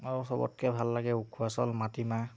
আৰু চবতকৈ ভাল লাগে উখোৱা চাউল মাটিমাহ